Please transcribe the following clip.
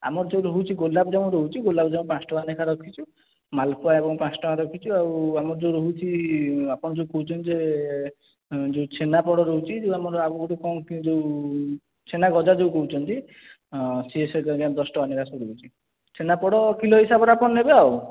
ଆମର ଯେଉଁ ରହୁଛି ଗୋଲାପଜାମୁ ରହୁଛି ଗୋଲାପଜାମୁ ପାଞ୍ଚଟଙ୍କା ଲେଖାଁ ରଖିଛୁ ମାଲପୁଆ ଏବଂ ପାଞ୍ଚଟଙ୍କା ରଖିଛୁ ଆଉ ଆମର ଯେଉଁ ରହୁଛି ଆପଣ ଯେଉଁ କହୁଛନ୍ତି ଯେ ଯେଉଁ ଛେନାପୋଡ଼ ରହୁଛି ଯେଉଁ ଆମର ଆଗରୁ କ'ଣ ଯେଉଁ ଛେନାଗଜା ଯେଉଁ କହୁଛନ୍ତି ସେ ସବୁ ଦଶଟଙ୍କା ଲେଖାଁ ସବୁ ରହୁଛି ଛେନାପୋଡ଼ କିଲୋ ହିସାବରେ ଆପଣ ନେବେ ଆଉ